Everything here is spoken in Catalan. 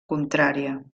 contrària